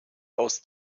aus